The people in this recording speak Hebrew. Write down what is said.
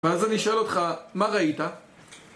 ואז אני שואל אותך, מה ראית?